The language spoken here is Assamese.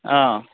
অঁ